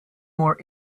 more